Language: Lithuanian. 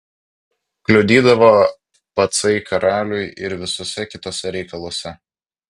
kliudydavo pacai karaliui ir visuose kituose reikaluose